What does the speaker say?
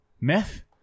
meth